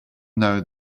though